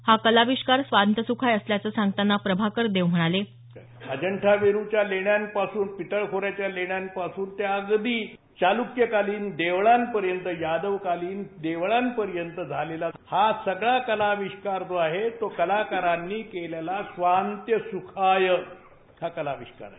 हा कलाविष्कार स्वांतसुखाय असल्याचं सांगताना प्रभाकर देव म्हणाले अंजठा वेरूलच्या लेण्यापासून ते पितळखोऱ्याच्या लेण्यापासून ते अगदी चालूक्यकालीन देवळापर्यंत यादवकालीन देवळापर्यंत झालेला हा सगळा जो कलाविष्कार आहे तो कलाकारांनी केलेला स्वांतसुखाय हा कलाविष्कार आहे